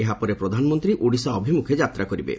ଏହାପରେ ପ୍ରଧାନମନ୍ତ୍ରୀ ଓଡ଼ିଶା ଅଭିମୁଖେ ଯାତ୍ରା କରିବେ